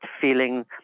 feeling